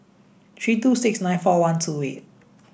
three two six nine four one two eight